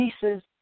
pieces